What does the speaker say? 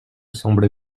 semble